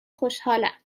خوشحالم